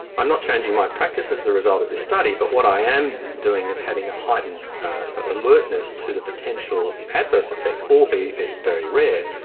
i'm not changing my practice as a result of this study but what i am doing is having a heightened alertness to the potential adverse effects, albeit very rare,